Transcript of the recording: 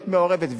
להיות מעורבת.